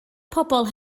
pobl